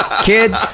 kid,